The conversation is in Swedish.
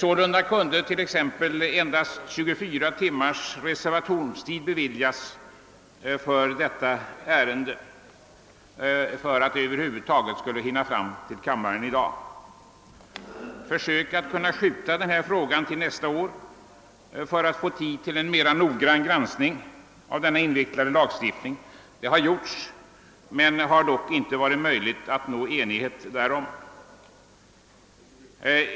Sålunda kunde t.ex. endast 24 timmars reservationstid beviljas för detta ärende för att det över huvud taget skulle hinna fram till riksdagen i dag. Försök att skjuta upp denna fråga till nästa år för att få tid till en mer noggrann granskning av denna invecklade lagstiftning har gjorts, men det blev inte möjligt att nå enighet därom.